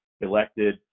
elected